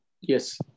Yes